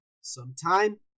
sometime